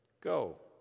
Go